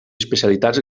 especialitats